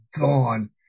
gone